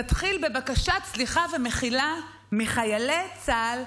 תתחיל בבקשת סליחה ומחילה מחיילי צה"ל,